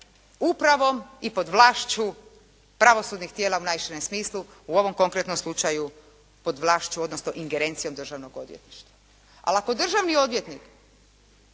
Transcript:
upravom i pod vlašću pravosudnih tijela u najširem smislu, u ovom konkretnom slučaju pod vlašću, odnosno ingerencijom Državnog odvjetništva. Ali ako državni odvjetnik